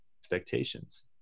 expectations